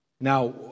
Now